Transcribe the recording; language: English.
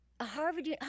Harvard